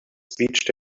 speech